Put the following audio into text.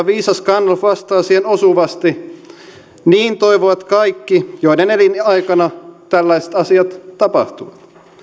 viisas gandalf vastaa siihen osuvasti niin toivovat kaikki joiden elinaikana tällaiset asiat tapahtuvat